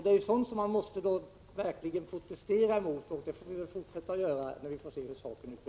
Det är ju sådant som vi verkligen måste protestera mot, och det får vi väl fortsätta med när vi får se hur saken utvecklas.